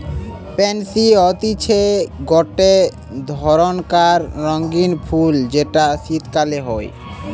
pansy হতিছে গটে ধরণকার রঙ্গীন ফুল যেটা শীতকালে হই